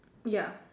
ya